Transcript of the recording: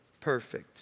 perfect